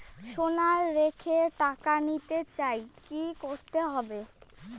সোনা রেখে টাকা নিতে চাই কি করতে হবে?